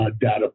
data